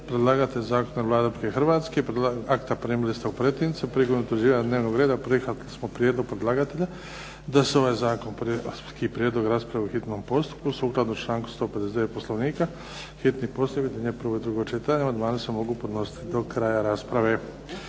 primili ste u pretince. Prijedlog akta primili ste u pretince. Prilikom utvrđivanja dnevnog reda prihvatili smo prijedlog predlagatelja da se ovaj zakonski prijedlog raspravi u hitnom postupku, sukladno članku 159. Poslovnika. Hitni postupak objedinjuje prvo i drugo čitanje. Amandmani se mogu podnositi do kraja rasprave.